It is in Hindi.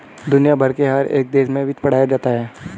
दुनिया भर के हर एक देश में वित्त पढ़ाया भी जाता है